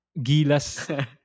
gilas